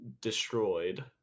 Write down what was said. Destroyed